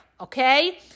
Okay